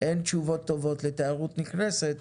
אין תשובות טובות לתיירות נכנסת,